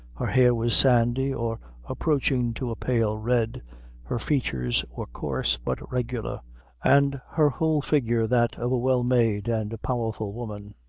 her hair was sandy, or approaching to a pale red her features were coarse, but regular and her whole figure that of a well-made and powerful woman.